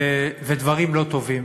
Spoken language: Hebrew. ודברים לא טובים.